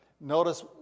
Notice